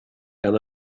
gan